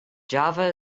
java